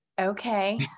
okay